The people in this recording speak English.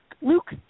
Luke